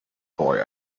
boy